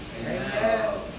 Amen